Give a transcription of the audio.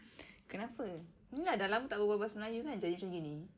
kenapa dah lama tahu bahasa melayu kan jadi macam gini